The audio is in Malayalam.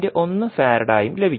1 ഫറാഡായും ലഭിക്കും